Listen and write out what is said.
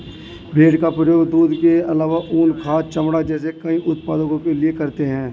भेड़ का प्रयोग दूध के आलावा ऊन, खाद, चमड़ा जैसे कई उत्पादों के लिए करते है